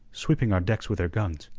sweeping our decks with her guns.